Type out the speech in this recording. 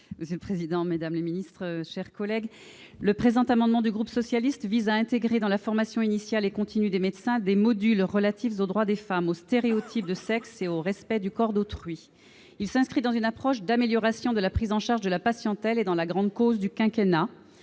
: La parole est à Mme Nadine Grelet-Certenais. Cet amendement du groupe socialiste et républicain vise à intégrer dans la formation initiale et continue des médecins des modules relatifs aux droits des femmes, aux stéréotypes de sexe et au respect du corps d'autrui. Il s'inscrit dans une démarche d'amélioration de la prise en charge de la patientèle et dans la grande cause du quinquennat.